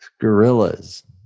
gorillas